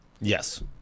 Yes